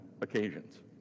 occasions